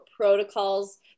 protocols